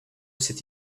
cet